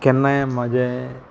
केन्नाय म्हजें